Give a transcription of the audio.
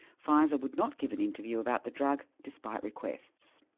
pfizer would not give an interview about the drug despite requests.